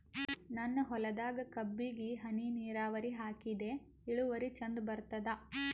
ನನ್ನ ಹೊಲದಾಗ ಕಬ್ಬಿಗಿ ಹನಿ ನಿರಾವರಿಹಾಕಿದೆ ಇಳುವರಿ ಚಂದ ಬರತ್ತಾದ?